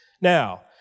Now